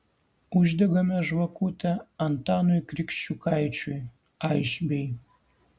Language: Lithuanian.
uždegame žvakutę antanui kriščiukaičiui aišbei